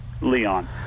Leon